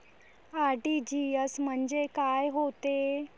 RTGS म्हंजे काय होते?